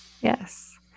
Yes